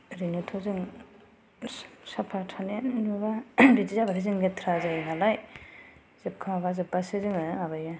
ओरैनोथ' जों साफा थानाय नुब्ला बिदि जाब्लाथाय जों लेथ्रा जायो नालाय जोबखांब्ला जोब्बासो जोङो माबायो